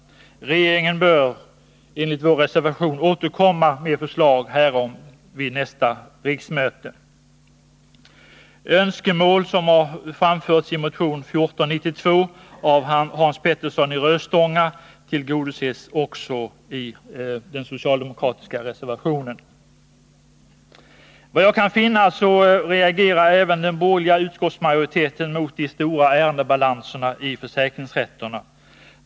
Regeringen bör, såsom vi har framfört i vår reservation, återkomma med förslag härom vid nästa riksmöte. I den socialdemokratiska reservationen tillgodoses också de önskemål som har framförts av Hans Petersson i Röstånga. Enligt vad jag kan finna reagerar även den borgerliga utskottsmajoriteten mot de stora ärendebalanserna i försäkringsrätterna.